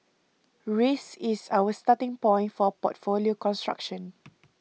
risk is our starting point for portfolio construction